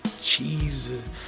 cheese